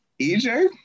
EJ